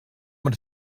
und